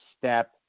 step